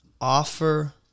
offer